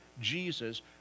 Jesus